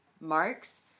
marks